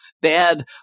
bad